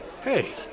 hey